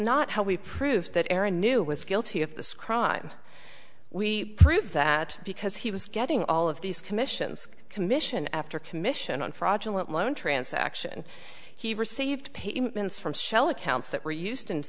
not how we proof that era knew was guilty of this crime we prove that because he was getting all of these commissions commission after commission on fraudulent loan transaction he received payments from shell accounts that were used